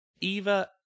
eva